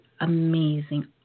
amazing